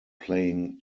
playing